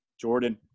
Jordan